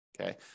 Okay